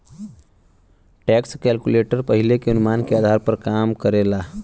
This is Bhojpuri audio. टैक्स कैलकुलेटर पहिले के अनुमान के आधार पर काम करला